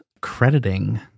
crediting